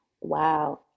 Wow